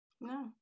no